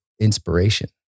inspiration